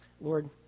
Lord